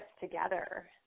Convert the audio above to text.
together